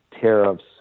tariffs